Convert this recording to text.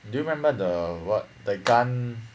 do you remember the what the gun